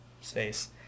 space